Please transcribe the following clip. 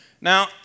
Now